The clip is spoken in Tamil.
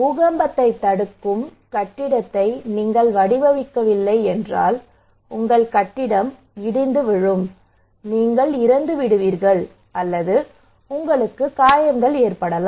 பூகம்பத்தைத் தடுக்கும் கட்டிடத்தை நீங்கள் வடிவமைக்கவில்லை என்றால் உங்கள் கட்டிடம் இடிந்து விழும் நீங்கள் இறந்துவிடுவீர்கள் அல்லது உங்களை காயப்படுத்துவீர்கள்